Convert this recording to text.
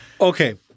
Okay